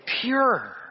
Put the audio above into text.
pure